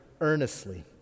earnestly